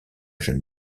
jeune